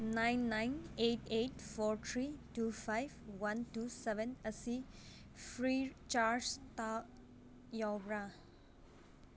nine nine eight eight four three two five one two seven ꯑꯁꯤ free ꯆꯥꯔꯁꯇ ꯌꯥꯎꯕ꯭ꯔꯥ